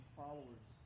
followers